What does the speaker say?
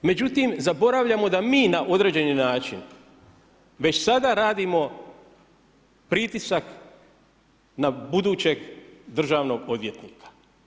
Međutim, zaboravljamo da mi na određeni način već sada radimo pritisak na budućeg državnog odvjetnika.